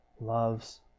loves